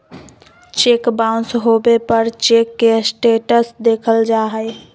cheque bounce होबे पर cheque के स्टेटस देखल जा हइ